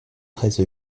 treize